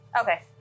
Okay